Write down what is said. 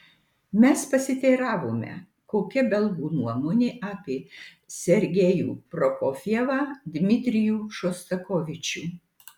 mes pasiteiravome kokia belgų nuomonė apie sergejų prokofjevą dmitrijų šostakovičių